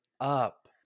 up